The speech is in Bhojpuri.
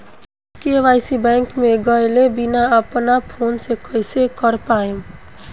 के.वाइ.सी बैंक मे गएले बिना अपना फोन से कइसे कर पाएम?